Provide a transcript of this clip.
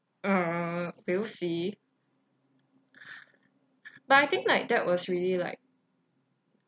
uh we'll see but I think like that was really like